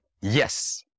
yes